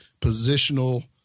positional